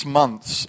months